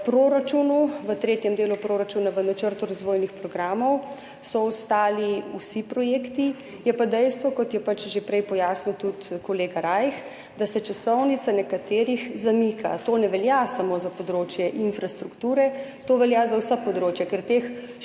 v tretjem delu proračuna, v načrtu razvojnih programov so ostali vsi projekti. Je pa dejstvo, kot je že prej pojasnil tudi kolega Rajh, da se časovnica nekaterih zamika. To ne velja samo za področje infrastrukture, to velja za vsa področja. Ker teh 4 tisoč